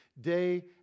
day